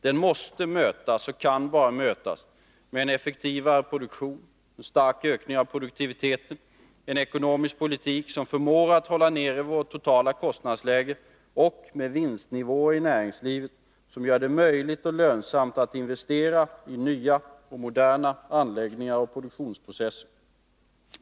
Den kan bara mötas med en effektivare produktion, med en stark ökning av produktiviteten, med en ekonomisk politik som förmår att hålla nere vårt totala kostnadsläge och med vinstnivåer i näringslivet som gör det möjligt och lönsamt att investera i nya och moderna anläggningar och produktionsprocesser.